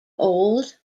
old